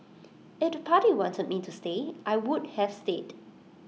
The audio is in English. if to party wanted me to stay I would have stayed